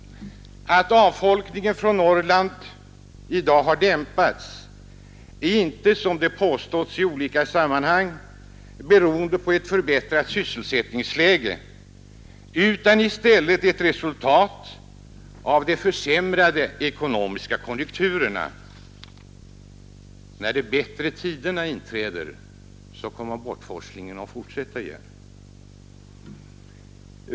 Att avfolkningen av Norrland i dag har dämpats är inte, som det påståtts i olika sammanhang, beroende på ett förbättrat sysselsättningsläge utan i stället ett resultat av de försämrade ekonomiska konjunkturerna. När de bättre tiderna inträder kommer bortforslingen att fortsätta igen.